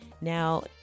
Now